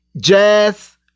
jazz